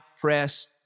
press